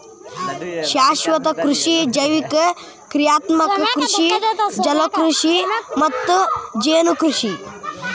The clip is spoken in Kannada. ಶಾಶ್ವತ ಕೃಷಿ ಜೈವಿಕ ಕ್ರಿಯಾತ್ಮಕ ಕೃಷಿ ಜಲಕೃಷಿ ಮತ್ತ ಮೇನುಕೃಷಿ